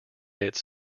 its